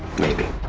maybe.